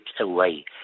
away